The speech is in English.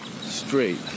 straight